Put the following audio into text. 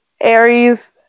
Aries